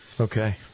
Okay